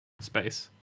space